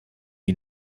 die